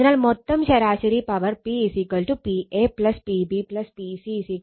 അതിനാൽ മൊത്തം ശരാശരി power P Pa Pb Pc 3 Pp